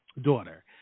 daughter